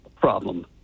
problem